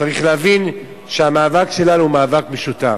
צריך להבין שהמאבק שלנו הוא מאבק משותף.